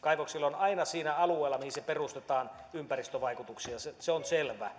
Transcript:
kaivoksilla on aina siinä alueella mihin se perustetaan ympäristövaikutuksia se se on selvä